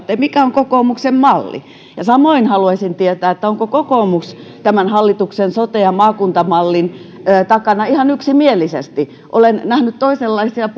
te siitä mikä on kokoomuksen malli samoin haluaisin tietää onko kokoomus tämän hallituksen sote ja maakuntamallin takana ihan yksimielisesti olen nähnyt toisenlaisia